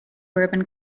bourbon